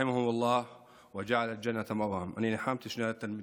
שהאל ירחם עליהם ושתהי מנוחתם עדן.) ניחמתי שני תלמידים,